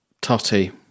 Totty